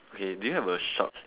okay do you have a shop